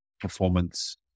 performance